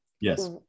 Yes